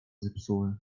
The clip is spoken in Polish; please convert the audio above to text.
zepsuły